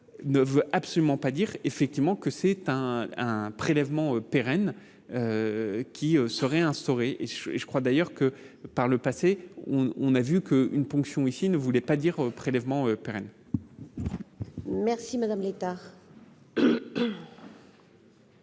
ne veut absolument pas dire effectivement que c'est un un prélèvement pérenne qui serait instaurée et je crois d'ailleurs que par le passé, on a vu que une ponction ici ne voulait pas dire prélèvements pérenne. Merci Madame Létard.